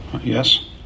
Yes